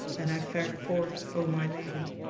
then i fared forth, o my lady,